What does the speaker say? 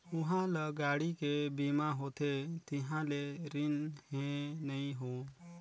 उहां ल गाड़ी के बीमा होथे तिहां ले रिन हें नई हों